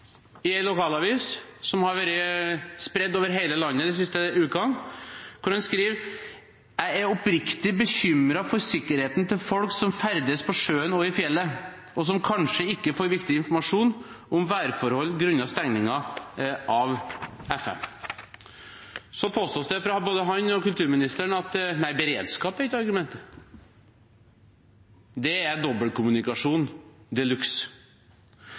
over hele landet den siste uken, hvor han skriver: «Jeg er oppriktig bekymret for sikkerheten til folk som ferdes på sjøen og i fjellet og som kanskje ikke får viktig informasjon om værforhold grunnet stengingen av FM.» Så påstås det fra både ham og kulturministeren at beredskap ikke er argumentet. Det er